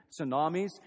tsunamis